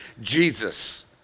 jesus